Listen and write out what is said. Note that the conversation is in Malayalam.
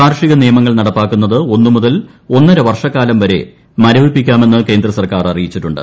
കാർഷിക നിയമങ്ങൾ നടപ്പാക്കുന്നത് ഒന്നു മുതൽ ഒന്നര വർഷക്കാലം വരെ മരവിപ്പിക്കാമെന്ന് കേന്ദ്ര സർക്കാർ അറിയിച്ചിട്ടുണ്ട്